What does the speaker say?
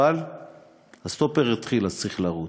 אבל הסטופר התחיל, אז צריך לרוץ.